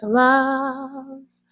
loves